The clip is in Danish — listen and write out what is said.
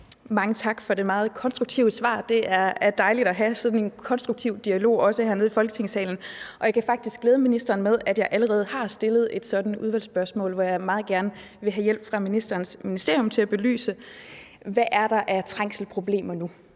Mange tak for det meget konstruktive svar. Det er dejligt at have sådan en konstruktiv dialog, også hernede i Folketingssalen, og jeg kan faktisk glæde ministeren med, at jeg allerede har stillet et sådant udvalgsspørgsmål, fordi jeg meget gerne vil have hjælp fra ministerens ministerium til at belyse, hvad der er af trængselsproblemer nu.